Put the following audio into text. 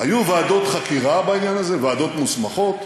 היו ועדות חקירה בעניין הזה, ועדות מוסמכות,